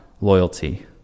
loyalty